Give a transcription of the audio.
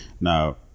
Now